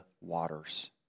waters